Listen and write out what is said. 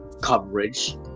coverage